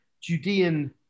Judean